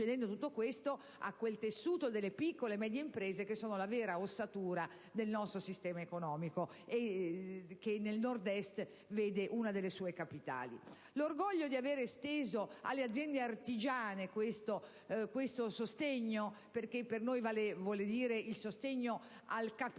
l'accesso anche a quel tessuto delle piccole e medie imprese, vera ossatura del nostro sistema economico, che nel Nord-Est ha una delle sue capitali. L'orgoglio di aver esteso alle aziende artigiane questo sostegno, che per noi vuol dire sostegno al capitale